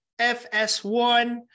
FS1